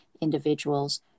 individuals